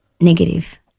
negative